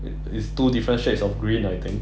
it is two different shades of green I think